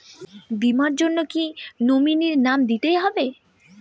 বীমার জন্য কি নমিনীর নাম দিতেই হবে?